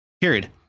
Period